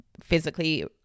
physically